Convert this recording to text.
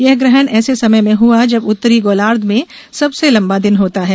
यह ग्रहण ऐसे समय में हुआ जब उत्तरी गोलार्ध में सबसे लंबा दिन होता है